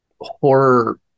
horror